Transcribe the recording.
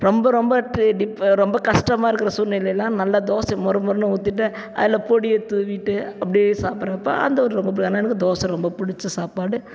ரொம்ப ரொம்ப டிப்ப ரொம்ப கஷ்டமாக இருக்கிற சூழ்நிலையில் நல்லா தோசையை மொறு மொறுன்னு ஊற்றிட்டு அதில் பொடியை தூவிட்டு அப்படே சாப்பிட்றப்ப அந்த ஒரு ரொம்ப பிடிக்கும் ஆனால் எனக்கு தோசை ரொம்ப பிடிச்ச சாப்பாடு